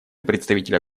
представителя